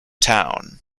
town